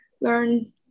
learn